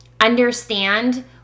understand